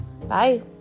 Bye